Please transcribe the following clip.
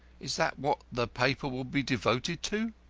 is that what the paper will be devoted to?